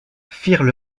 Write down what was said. firent